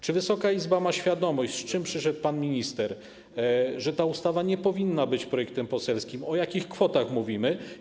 Czy Wysoka Izba świadomość, z czym przyszedł pan minister, że ta ustawa nie powinna być projektem poselskim, o jakich kwotach mówimy?